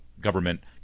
government